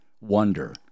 wonder